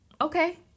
Okay